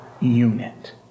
unit